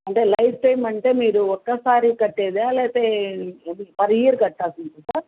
అంటే life time అంటే మీరు ఒక్కసారి కట్టేదా లేకపోతే పర్ ఇయర్ కట్టాల్సి ఉంటుందా సార్